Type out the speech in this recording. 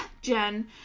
Jen